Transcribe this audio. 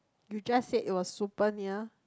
you just said it was super near